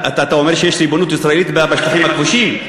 אתה אומר שיש ריבונות ישראלית בשטחים הכבושים?